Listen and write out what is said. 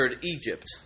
egypt